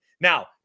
Now